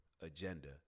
agenda